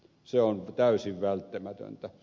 se on täysin välttämätöntä